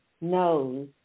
knows